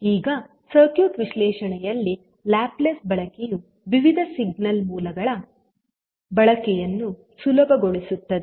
ಈಗ ಸರ್ಕ್ಯೂಟ್ ವಿಶ್ಲೇಷಣೆಯಲ್ಲಿ ಲ್ಯಾಪ್ಲೇಸ್ ಬಳಕೆಯು ವಿವಿಧ ಸಿಗ್ನಲ್ ಮೂಲಗಳ ಬಳಕೆಯನ್ನು ಸುಲಭಗೊಳಿಸುತ್ತದೆ